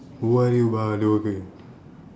who are you why are you here